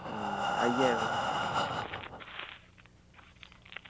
आं आई जायो